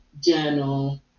journal